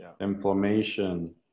Inflammation